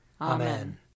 Amen